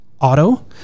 auto